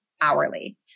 hourly